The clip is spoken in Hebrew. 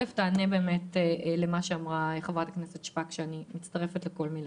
תענה לשאלות חברת הכנסת שפק שאני מצטרפת אליהן.